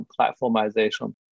platformization